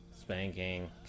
Spanking